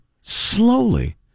Slowly